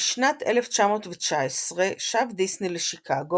בשנת 1919 שב דיסני לשיקגו,